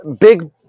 Big